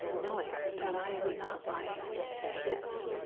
knowing that i am not my sadness.